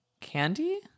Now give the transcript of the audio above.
Candy